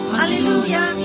Hallelujah